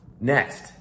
Next